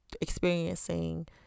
experiencing